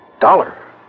Dollar